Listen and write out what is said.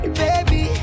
baby